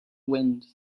wind